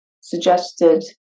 suggested